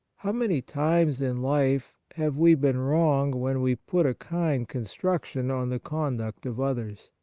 how many times in life have we been wrong when we put a kind construction on the conduct of others?